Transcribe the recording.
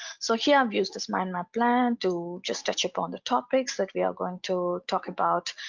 so here i've used this mind map plan to just touch upon the topics that we are going to talk about.